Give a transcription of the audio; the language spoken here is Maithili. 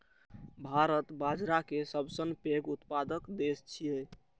भारत बाजारा के सबसं पैघ उत्पादक देश छियै